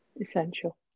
essential